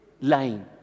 line